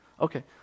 Okay